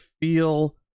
feel